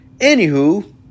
Anywho